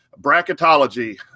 bracketology